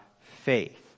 faith